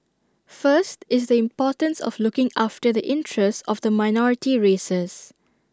first is the importance of looking after the interest of the minority races